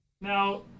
Now